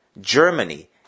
Germany